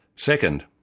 second,